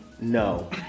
no